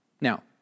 Now